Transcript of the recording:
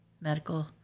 medical